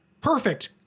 Perfect